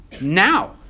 now